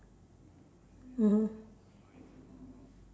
mmhmm